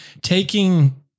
taking